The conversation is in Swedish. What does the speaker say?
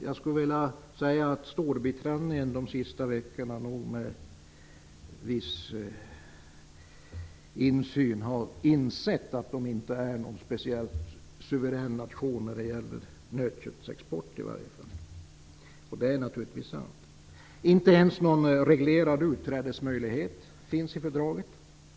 Jag skulle vilja säga att Storbritannien under de senaste veckorna, förmodligen med viss insyn, har insett att nationen inte är speciellt suverän, i varje fall inte när det gäller nötköttsexport. Det är naturligtvis sant. Inte ens en reglerad utträdesmöjlighet finns i fördraget.